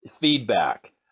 feedback